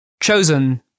chosen